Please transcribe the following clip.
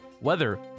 weather